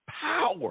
Power